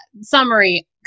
summary